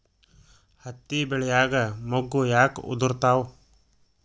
ಹತ್ತಿ ಬೆಳಿಯಾಗ ಮೊಗ್ಗು ಯಾಕ್ ಉದುರುತಾವ್?